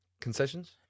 Concessions